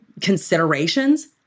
considerations